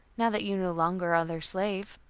now that you no longer are their slave.